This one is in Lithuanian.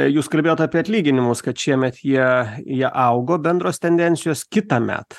jūs kalbėjot apie atlyginimus kad šiemet jie jie augo bendros tendencijos kitąmet